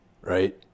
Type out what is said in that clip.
Right